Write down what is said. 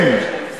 כן,